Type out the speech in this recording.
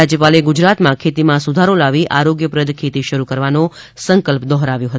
રાજ્યપાલે ગુજરાતમાં ખેતીમાં સુધારો લાવી આરોગ્યપ્રદ ખેતી શરૂ કરવાનો સંકલ્પ દોહરાવ્યો હતો